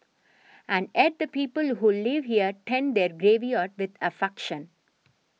and add the people who live here tend their graveyard with affection